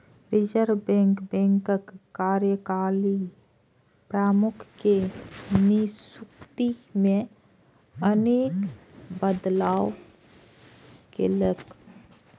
reserve bank बैंकक कार्यकारी प्रमुख के नियुक्ति मे अनेक बदलाव केलकै